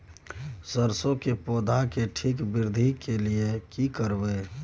सरसो के पौधा के ठीक वृद्धि के लिये की करबै?